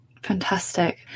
Fantastic